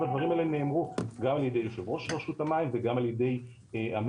הדברים האלה נאמרו גם על ידי יושב ראש רשות המים וגם על